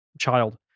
child